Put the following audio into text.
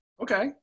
Okay